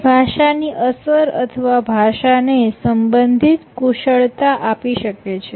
તે ભાષાની અસર અથવા ભાષાને સંબંધિત કુશળતા આપી શકે છે